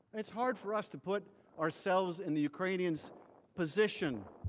it is hard for us to put ourselves in the ukrainians position.